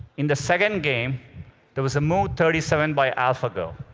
in the second game there was a move thirty seven by alphago.